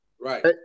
Right